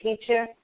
teacher